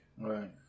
Right